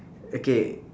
okay